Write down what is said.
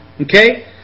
okay